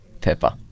pepper